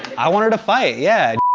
i want her to fight, yeah.